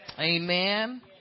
Amen